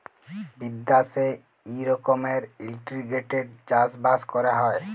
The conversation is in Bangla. বিদ্যাশে ই রকমের ইলটিগ্রেটেড চাষ বাস ক্যরা হ্যয়